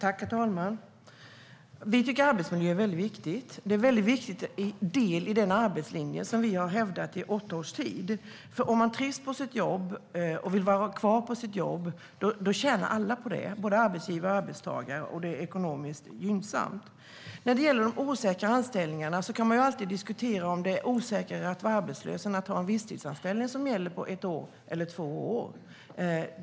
Herr talman! Vi tycker att arbetsmiljö är väldigt viktigt. Det är en viktig del i den arbetslinje vi har hävdat i åtta års tid. Trivs man och vill vara kvar på sitt jobb tjänar alla på det, både arbetsgivare och arbetstagare, och det är ekonomiskt gynnsamt. När det gäller de osäkra anställningarna kan man ju alltid diskutera om det är osäkrare att vara arbetslös än att ha en visstidsanställning som gäller på ett eller två år.